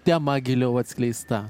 tema giliau atskleista